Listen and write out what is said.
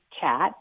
chat